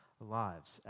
lives